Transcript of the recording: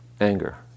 Anger